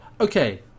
okay